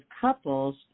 couples